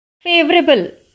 favorable